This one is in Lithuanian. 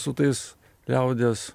su tais liaudies